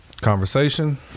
conversation